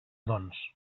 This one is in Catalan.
doncs